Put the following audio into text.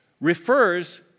refers